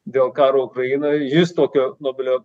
dėl karo ukrainoj jis tokio nobelio